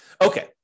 Okay